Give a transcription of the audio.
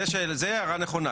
זו הערה נכונה.